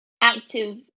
active